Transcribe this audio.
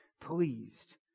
pleased